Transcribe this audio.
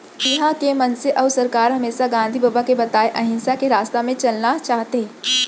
इहॉं के मनसे अउ सरकार हमेसा गांधी बबा के बताए अहिंसा के रस्ता म चलना चाहथें